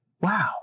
Wow